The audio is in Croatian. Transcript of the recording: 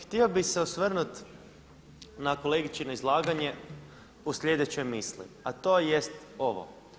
Htio bih se osvrnuti na kolegičino izlaganje u sljedećoj misli a to jest ovo.